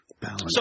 Balance